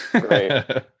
Great